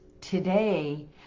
today